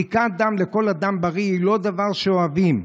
בדיקת דם לכל אדם בריא היא לא דבר שאוהבים.